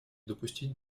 допустить